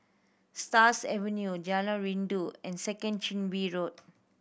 Stars Avenue Jalan Rindu and Second Chin Bee Road